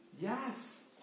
Yes